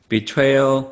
Betrayal